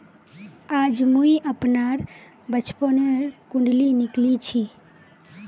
आज मुई अपनार बचपनोर कुण्डली निकली छी